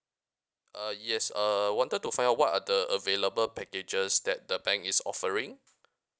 uh yes uh I wanted to find out what are the available packages that the bank is offering